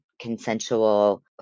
consensual